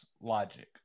logic